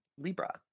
libra